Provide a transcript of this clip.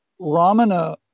Ramana